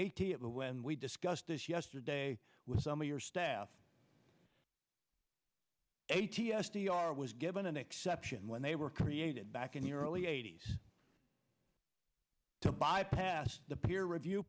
eighty eight when we discussed this yesterday with some of your staff a t s t our was given an exception when they were created back in the early eighty's to bypass the peer review